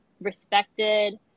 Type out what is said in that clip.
respected